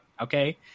okay